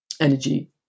energy